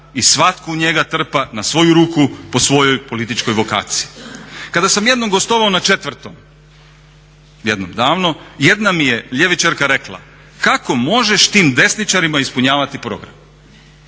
i svatko u njega trpa na svoju ruku po svojoj političkoj vokaciji. Kada sam jednom gostovao na četvrtom, jednom davno, jedna mi je ljevičarka rekla kako možeš tim desničarima ispunjavati program.